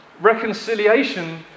Reconciliation